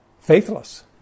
Faithless